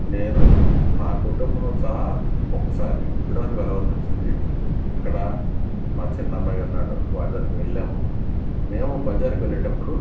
నేను నా కుటుంబంతో సహా ఒకసారి గుజరాత్ వెళ్ళవలసి వచ్చింది అక్కడ మా చిన్నబ్బాయి ఉన్నాడు వాడి దగ్గరకి వెళ్ళాము మేము బజారుకి వెళ్ళేటప్పుడు